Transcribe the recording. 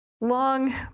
long